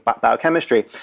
biochemistry